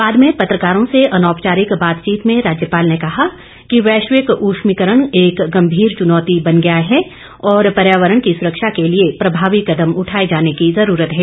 बाद में पत्रकारों से अनौपचारिक बातचीत में राज्यपाल ने कहा कि वैश्विक उष्मीकरण एक गंभीर चुनौती बन गया है और पर्यावरण सुरक्षा के लिए प्रभावी कदम उठाए जाने की जरूरत है